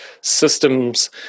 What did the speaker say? systems